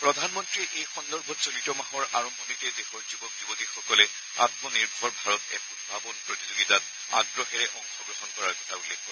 প্ৰধানমন্তীয়ে এই সন্দৰ্ভত চলিত মাহৰ আৰম্ভণিতে দেশৰ যুৱক যুৱতীসকলে আম্ম নিৰ্ভৰ ভাৰত এপ্ উদ্ভাৱন প্ৰতিযোগিতাত আগ্ৰহেৰে অংশগ্ৰহণ কৰাৰ কথা উল্লেখ কৰে